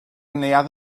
neuadd